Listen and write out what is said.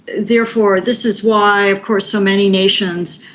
therefore this is why of course so many nations,